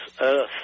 earth